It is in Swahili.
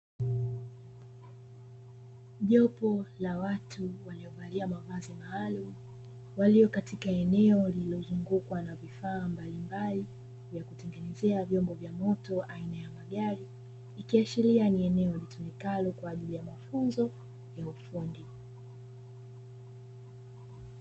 Jopo la watu waliovalia mavazi maalumu, walio katika eneo lililozungukwa na vifaa mbalimbali vya kutengenezea vyombo vya moto aina ya magari, ikiashiria ni eneo litumikalo kwa ajili ya mafunzo ya ufundi.